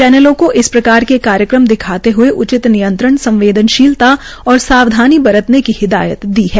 चैनलों को इस प्रकार के कार्यक्रमों दिखाते हये नियंत्रण संवेदनशीलता और सावधानी बरतने की हिदायत दी है